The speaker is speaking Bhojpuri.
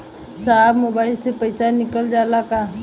साहब मोबाइल से पैसा निकल जाला का?